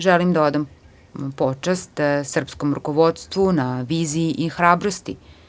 Želim da odam počast srpskom rukovodstvu na viziji i hrabrosti.